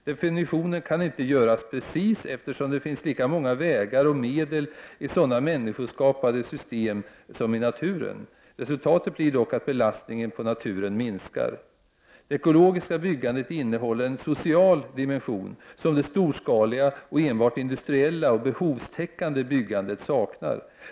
Definitionen kan inte göras precis, eftersom det finns lika många vägar och medel i sådana människoskapande system som i naturen. Resultatet blir dock att belastningen på naturen minskar. Det ekologiska byggandet innehåller en social dimension som det storskaliga och enbart industriella och behovstäckande byggandet saknar.